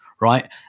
right